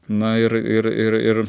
na ir ir ir ir